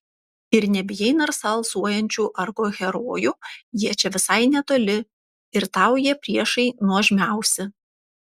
ir nebijai narsa alsuojančių argo herojų jie čia visai netoli ir tau jie priešai nuožmiausi